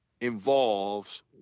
involves